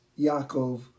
Yaakov